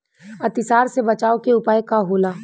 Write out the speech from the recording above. अतिसार से बचाव के उपाय का होला?